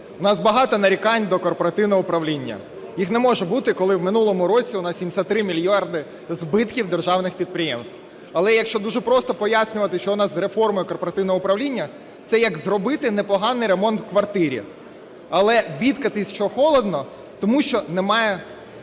В нас багато нарікань до корпоративного управління, їх не може бути, коли в минулому році у нас 73 мільярдів збитків державних підприємств. Але якщо дуже просто пояснювати, що у нас з реформою корпоративного управління, це як зробити непоганий ремонт в квартирі, але бідкатись, що холодно, тому що немає